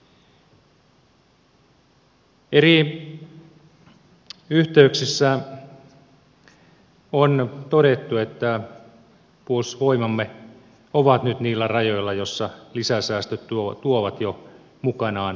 eri yhteyksissä on todettu että puolustusvoimamme ovat nyt niillä rajoilla joilla lisäsäästöt tuovat jo mukanaan puolustusreformin